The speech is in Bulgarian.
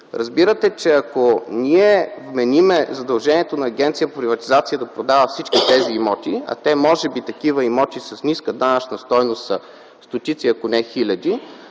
Разбирате, че ако ние вменим задължението на Агенцията за приватизация да продава всички тези имоти, а може би такива имоти с ниска данъчна стойност са стотици, ако не хиляди,